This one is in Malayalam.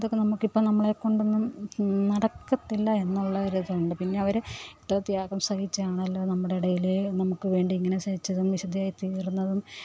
ഇതൊക്കെ നമുക്കിപ്പം നമ്മളേക്കൊണ്ടൊന്നും നടക്കത്തില്ല എന്നുള്ള ഒരിതുണ്ട് പിന്നെ അവർ ഇത്ര ത്യാഗം സഹിച്ചാണല്ലോ നമ്മുടെയിടയിൽ നമുക്കു വേണ്ടി ഇങ്ങനെ സഹിച്ചതും വിശുദ്ധയായിത്തീര്ന്നതും